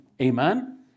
Amen